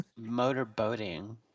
motorboating